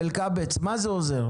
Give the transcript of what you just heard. אלקבץ, מה זה עוזר?